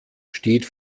steht